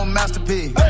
masterpiece